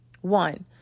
One